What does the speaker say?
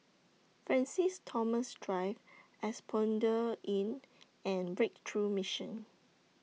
Francis Thomas Drive Asphodel Inn and Breakthrough Mission